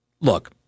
look